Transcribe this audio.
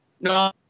No